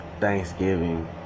Thanksgiving